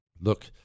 Look